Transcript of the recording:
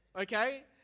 okay